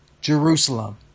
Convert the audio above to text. Jerusalem